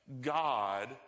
God